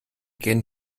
gen